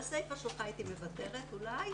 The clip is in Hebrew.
על הסיפה שלך הייתי מוותרת אולי,